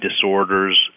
disorders